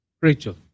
Rachel